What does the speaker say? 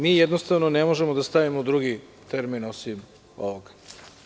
Mi, jednostavno ne možemo da stavimo drugi termin osim ovoga.